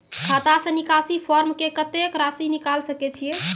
खाता से निकासी फॉर्म से कत्तेक रासि निकाल सकै छिये?